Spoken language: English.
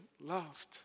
loved